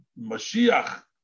Mashiach